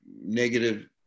negative